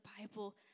Bible